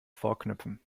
vorknöpfen